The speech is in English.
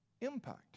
impact